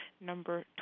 number